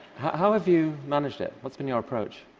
how have you managed it? what's been your approach?